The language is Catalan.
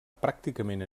pràcticament